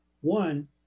One